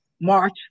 march